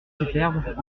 superbes